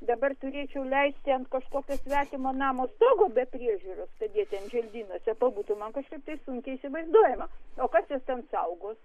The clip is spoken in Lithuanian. dabar turėčiau leisti ant kažkokio svetimo namo stogo be priežiūros kad jie ten želdynuose pabūtų man kažkaip sunkiai įsivaizduojama o kas juos ten saugos